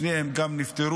גם שניהם נפטרו.